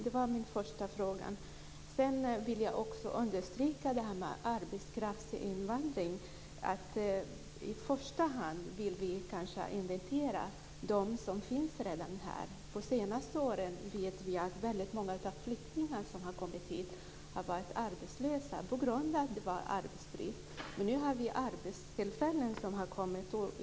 Det var min första fråga. Sedan vill jag understryka när det gäller arbetskraftsinvandring att vi i första hand vill inventera dem som redan finns här. På senaste åren vet vi att väldigt många av de flyktingar som kommit hit har varit arbetslösa på grund av arbetsbrist. Men nu har vi arbetstillfällen som tillkommit.